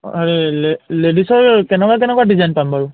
অঁ হেৰি লেডিচৰ কেনেকুৱা কেনেকুৱা ডিজাইন পাম বাৰু